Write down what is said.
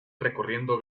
recorriendo